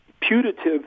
putative